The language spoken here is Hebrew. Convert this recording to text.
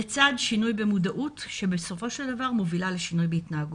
לצד שינוי במודעות שבסופו של דבר מובילה לשינוי בהתנהגות.